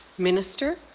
minister.